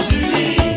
Julie